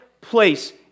place